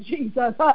Jesus